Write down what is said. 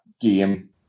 game